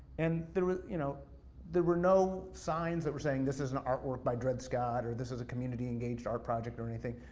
and there were you know there were no signs that were saying this is an artwork by dread scott, or this is a community engaged art project, or anything.